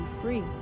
free